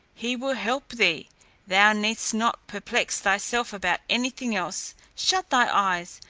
he will help thee thou needest not perplex thyself about any thing else shut thy eyes,